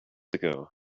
ago